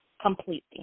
completely